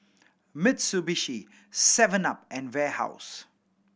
Mitsubishi seven up and Warehouse